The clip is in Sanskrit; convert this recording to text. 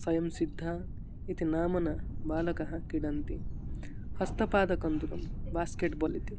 स्वयंसिद्धः इति नाम्नां बालकाः क्रीडन्ति हस्तपादकन्दुकं ब्यास्केट्बाल् इति